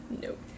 Nope